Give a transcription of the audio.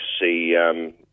see